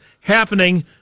happening